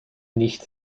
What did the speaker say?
nicht